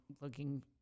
looking